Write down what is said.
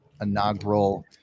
inaugural